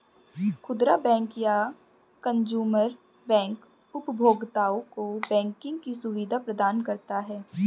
खुदरा बैंक या consumer bank उपभोक्ताओं को बैंकिंग की सुविधा प्रदान करता है